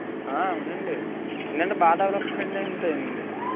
అవునండి ఎందుకంటే బాగా డెవలప్మెంట్ అయ్యింది అండి